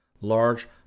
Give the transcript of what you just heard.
large